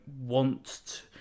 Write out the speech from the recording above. want